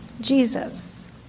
Jesus